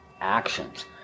actions